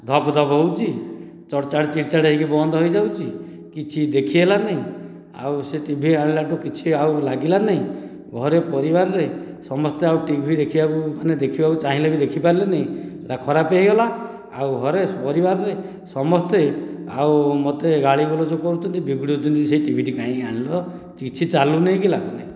ଧବ ଧବ ହଉଛି ଚଡ଼ ଚାଡ଼ ଚିଡ଼ ଚାଡ଼ ହୋଇକି ବନ୍ଦ ହୋଇ ଯାଉଛି କିଛି ଦେଖି ହେଲା ନାହିଁ ଆଉ ସେ ଟିଭି ଆଣିଲାଠୁ କିଛି ଆଉ ଲାଗିଲା ନାହିଁ ଘରେ ପରିବାରରେ ସମସ୍ତେ ଆଉ ଟିଭି ଦେଖିବାକୁ ମାନେ ଦେଖିବାକୁ ଚାହିଁଲେ ବି ଆଉ ଦେଖି ପାରିଲେନି ଏଟା ଖରାପ ହୋଇଗଲା ଆଉ ଘରେ ପରିବାରରେ ସମସ୍ତେ ଆଉ ମୋତେ ଗାଳି ଗୁଲଜ କରୁଛନ୍ତି ବିଗୁଡ଼ୁଛନ୍ତି ସେ ଟିଭିଟି କାହିଁ ଆଣିଲ କିଛି ଚାଲୁନାହିଁ କି ଆସୁନାହିଁ